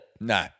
No